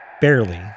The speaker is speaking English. Barely